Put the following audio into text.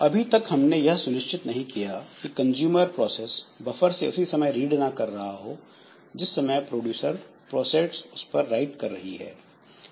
अभी तक हमने यह सुनिश्चित नहीं किया कि कंजूमर प्रोसेस बफर से उसी समय रीड ना कर रहा हो जिस समय प्रोड्यूसर प्रोसेस उस पर राइट कर रही है